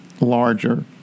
larger